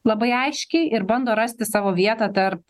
labai aiškiai ir bando rasti savo vietą tarp